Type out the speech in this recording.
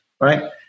right